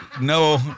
no